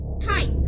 type